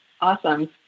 Awesome